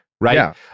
right